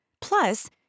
Plus